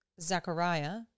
Zechariah